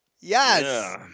Yes